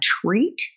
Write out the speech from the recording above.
treat